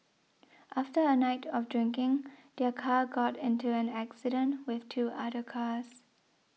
after a night of drinking their car got into an accident with two other cars